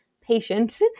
patient